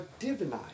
divinized